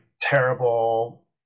terrible